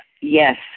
yes